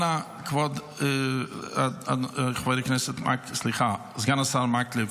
אנא, כבוד חבר הכנסת מקלב, סליחה, סגן השר מקלב,